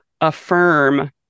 affirm